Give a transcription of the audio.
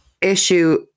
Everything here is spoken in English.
issue